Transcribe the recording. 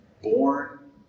Born